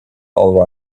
all